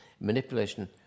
manipulation